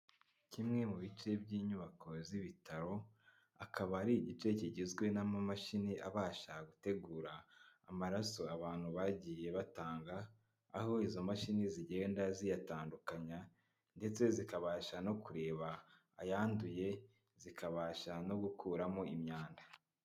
Kimwe mu bice by'inyubako z'ibitaro, akaba ari igice kigizwe n'amamashini abasha gutegura amaraso abantu bagiye batanga, aho izo mashini zigenda ziyatandukanya ndetse zikabasha no kureba ayanduye zikabasha no gukuramo imyanda.